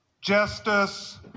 Justice